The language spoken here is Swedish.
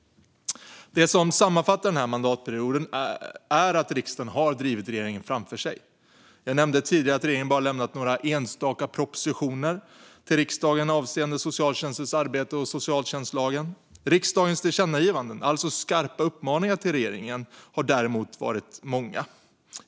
Det som sammanfattar den här mandatperioden är att riksdagen har drivit regeringen framför sig. Jag nämnde tidigare att regeringen bara lämnat några enstaka propositioner till riksdagen avseende socialtjänstens arbete och socialtjänstlagen. Riksdagens tillkännagivanden, alltså skarpa uppmaningar till regeringen, har däremot varit många.